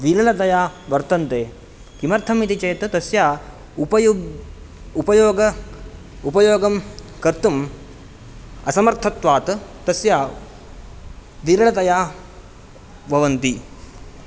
विरलतया वर्तन्ते किमर्थम् इति चेत् तस्य उपयोग उपयोगं कर्तुम् असमर्थत्वात् तस्य विरळतया भवन्ति